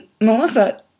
Melissa